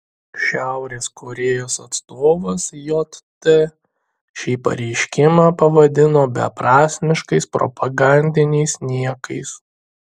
šiaurės korėjos atstovas jt šį pareiškimą pavadino beprasmiškais propagandiniais niekais